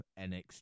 NXT